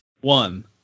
one